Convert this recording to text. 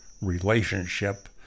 relationship